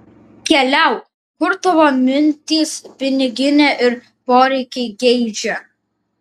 keliauk kur tavo mintys piniginė ir poreikiai geidžia